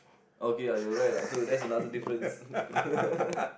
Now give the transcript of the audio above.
okay uh you are right lah so that's another difference